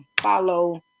follow